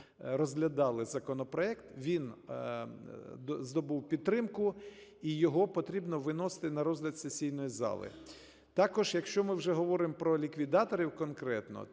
розглядали законопроект, він здобув підтримку, і його потрібно виносити на розгляд сесійної зали. Також, якщо ми вже говоримо про ліквідаторів конкретно,